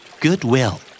Goodwill